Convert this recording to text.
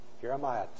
Jeremiah